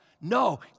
No